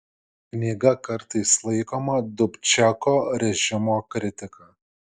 knyga kartais laikoma dubčeko režimo kritika